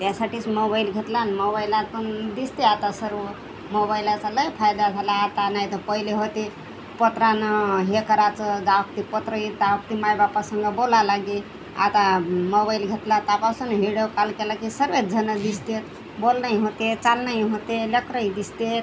त्यासाठीच मोबाईल घेतला न् मोबाईलातून दिसते आता सर्व मोबाईलाचा लय फायदा झाला आता नाही तर पहिले होते पत्रानं हे करायचं गावातील पत्र येत गावातील माय बापासंगं बोला लागे आता मोबाईल घेतला तेव्हापासून हिडियो कॉल केला की सगळेचजणं दिसतात बोलणंही होते चालणंही होते लेकरंही दिसतात